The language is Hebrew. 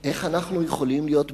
איך אנחנו יכולים להיות בטוחים?